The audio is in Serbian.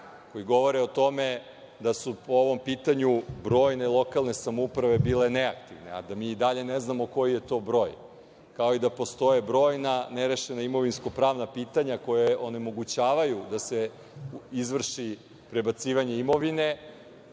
koji govore o tome da su po ovom pitanju brojne lokalne samouprave bile neaktivne, a da mi i dalje ne znamo koji je to broj, kao i da postoje brojna nerešena imovinsko-pravna pitanja koja onemogućavaju da se izvrši prebacivanje imovine,